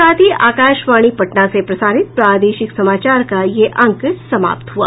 इसके साथ ही आकाशवाणी पटना से प्रसारित प्रादेशिक समाचार का ये अंक समाप्त हुआ